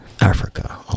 Africa